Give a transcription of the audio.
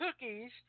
cookies